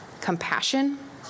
compassion